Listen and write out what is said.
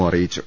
O അറിയിച്ചു